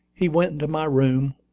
he went into my room,